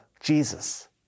Jesus